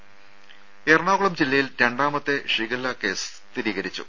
ദേദ എറണാകുളം ജില്ലയിൽ രണ്ടാമത്തെ ഷിഗല്ല കേസ് സ്ഥിരീകരിച്ചു